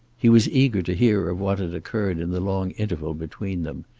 he was eager to hear of what had occurred in the long interval between them,